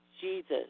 jesus